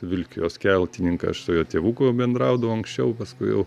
vilkijos keltininką aš su jo tėvuku bendraudavau anksčiau paskui jau